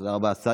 תודה רבה, השר.